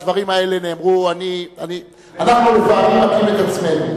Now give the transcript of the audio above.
אנחנו לפעמים מכים את עצמנו,